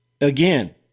again